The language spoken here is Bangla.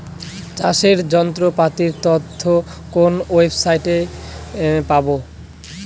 চাষের যন্ত্রপাতির তথ্য কোন ওয়েবসাইট সাইটে পাব?